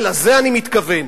לזה אני מתכוון.